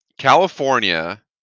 california